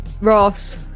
Ross